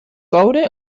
coure